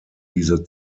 diese